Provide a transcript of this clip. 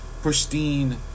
pristine